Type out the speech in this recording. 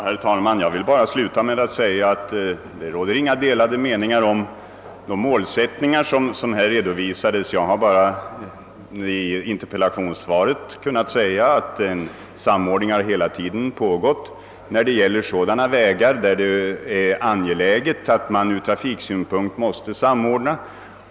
Herr talman! Jag vill till sist bara säga att det inte råder några delade meningar om de redovisade målsättningarna. I interpellationssvaret har jag bara kunnat säga att en samordning hela tiden pågått beträffande sådana vägar där det från trafiksynpunkt är angeläget att samordna.